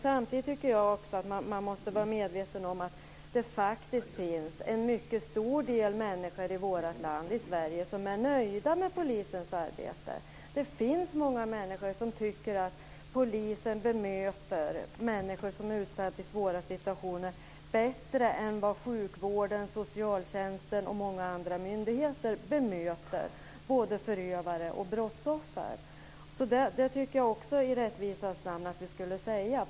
Samtidigt tycker jag att man måste vara medveten om att det faktiskt finns ett mycket stort antal människor i Sverige som är nöjda med polisens arbete. Det finns många människor som tycker att polisen bemöter både förövare och brottsoffer i svåra situationer bättre än vad sjukvården, socialtjänsten och många andra myndigheter gör. Det tycker jag också att vi i rättvisans namn ska säga.